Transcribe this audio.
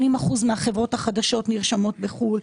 80% מהחברות החדשות נרשמות בחו"ל,